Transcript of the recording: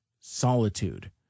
solitude